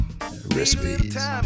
Recipes